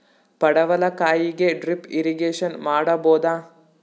ಪಡವಲಕಾಯಿಗೆ drip irrigation ಮಾಡಬೋದ?